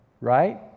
right